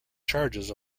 charges